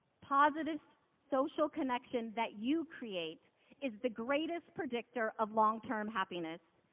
positive social connection that you create is the greatest predictor of long-term happiness.